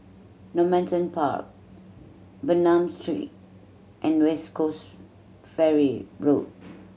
Normanton Park Bernam Street and West Coast Ferry Road